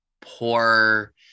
poor